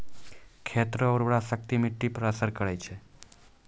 खेत रो उर्वराशक्ति मिट्टी पर असर करै छै